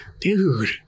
dude